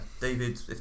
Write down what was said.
David